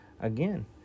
Again